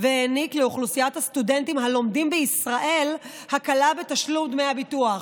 והעניק לאוכלוסיית הסטודנטים הלומדים בישראל הקלה בתשלום דמי הביטוח.